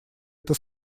это